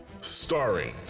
starring